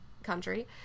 country